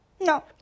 No